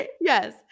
Yes